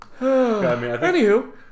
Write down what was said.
Anywho